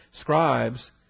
scribes